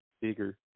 Bigger